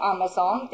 Amazon